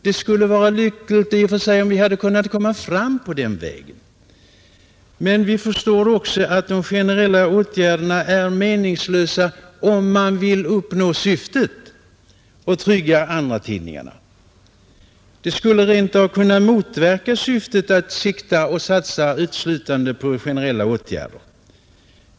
Det skulle vara lyckligt i och för sig om vi hade kunnat komma fram på den vägen. Men vi förstår också att de generella åtgärderna är otillräckliga om man vill uppnå syftet att trygga andratidningarna, Det skulle rent av kunna motverka syftet om man uteslutande satsade på generella åtgärder.